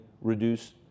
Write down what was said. reduce